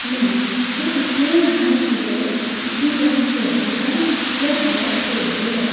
आपणेंत तें इतलें ल्हान आशिल्लें आनी ताणे स्वता जावन ताज्या भावाक सेव केलो